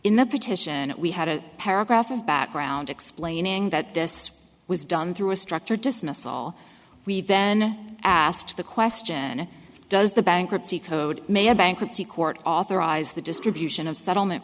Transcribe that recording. in the petition we had a paragraph of background explaining that this was done through a structured dismissal we then asked the question does the bankruptcy code may or bankruptcy court authorize the distribution of settlement